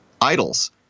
Idols